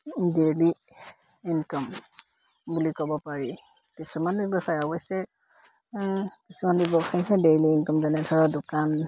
daily income বুলি ক'ব পাৰি কিছুমান ব্যৱসায় অৱশ্যে কিছুমান ব্যৱসায়হে ডেইলী ইনকাম যেনে ধৰা দোকান